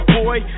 boy